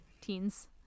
teens